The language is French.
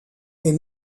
est